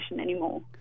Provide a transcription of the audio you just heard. anymore